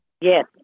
Yes